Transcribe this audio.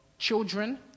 Children